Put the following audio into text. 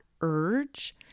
urge